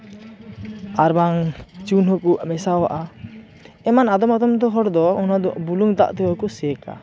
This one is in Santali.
ᱟᱨ ᱵᱟᱝ ᱪᱩᱱ ᱦᱚᱸᱠᱚ ᱢᱮᱥᱟᱣᱟᱜᱼᱟ ᱮᱢᱟᱱ ᱟᱫᱚᱢᱼᱟᱫᱚᱢ ᱦᱚᱲ ᱫᱚ ᱚᱱᱟ ᱵᱩᱞᱩᱝ ᱫᱟᱜ ᱛᱮᱦᱚᱸ ᱠᱚ ᱥᱮᱠᱟ